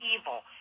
evil